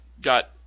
got